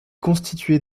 constituée